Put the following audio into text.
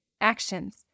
Actions